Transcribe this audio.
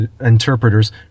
interpreters